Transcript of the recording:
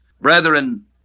Brethren